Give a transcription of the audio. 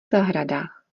zahradách